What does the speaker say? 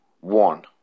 One